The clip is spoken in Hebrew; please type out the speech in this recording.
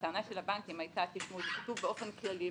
הטענה של הבנקים הייתה --- באופן כללי,